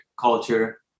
culture